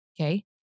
Okay